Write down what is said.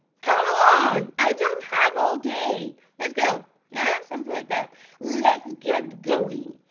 kind of on! i don't have all day. let's go yeah something like that let's get going.